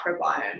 microbiome